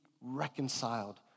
reconciled